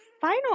final